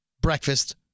Breakfast